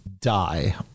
die